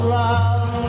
love